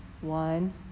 One